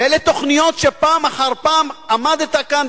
ואלה תוכניות שפעם אחר פעם עמדת כאן,